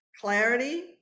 clarity